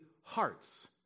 hearts